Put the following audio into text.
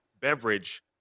beverage